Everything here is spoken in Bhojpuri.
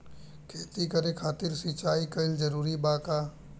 खेती करे खातिर सिंचाई कइल जरूरी बा का?